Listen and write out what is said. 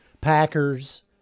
Packers